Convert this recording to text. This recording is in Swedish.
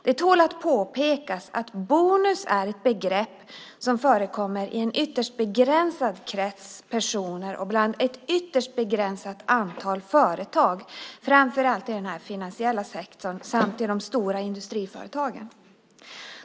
Det tål att påpekas att bonus är ett begrepp som förekommer i en ytterst begränsad krets personer och inom ett ytterst begränsat antal företag, framför allt i den finansiella sektorn samt i de stora industriföretagen.